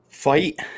fight